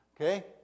Okay